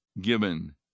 given